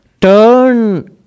turn